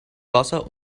wasser